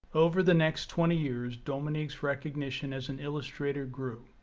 over the next twenty years dominique's recognition as an illustrator grew.